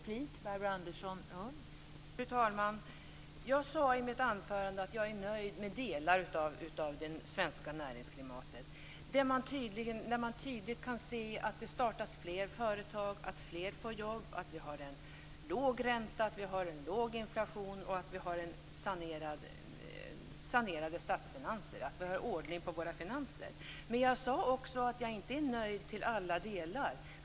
Fru talman! Jag sade i mitt anförande att jag är nöjd med delar av det svenska näringsklimatet. Man kan tydligt se att det startas fler företag, att fler får jobb, att vi har en låg ränta, att vi har en låg inflation och att vi har sanerade statsfinanser. Vi har ordning på våra finanser. Men jag sade också att jag inte är nöjd till alla delar.